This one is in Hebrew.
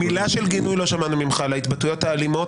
מילה של גינוי לא שמענו ממך על ההתבטאויות האלימות